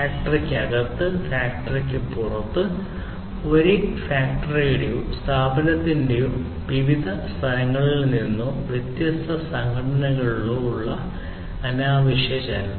ഫാക്ടറിക്ക് അകത്ത് ഫാക്ടറിക്ക് പുറത്ത് ഒരേ ഫാക്ടറിയുടെയോ സ്ഥാപനത്തിന്റെയോ വിവിധ സ്ഥലങ്ങളിൽ നിന്നോ അല്ലെങ്കിൽ വ്യത്യസ്ത സംഘടനകൾക്കിടയിലോ ഉള്ള അനാവശ്യ ചലനം